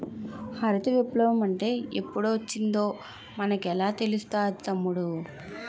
హరిత విప్లవ మంటే ఎప్పుడొచ్చిందో మనకెలా తెలుస్తాది తమ్ముడూ?